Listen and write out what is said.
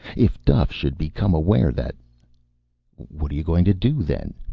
if duffe should become aware that what are you going to do, then?